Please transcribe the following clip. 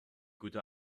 gute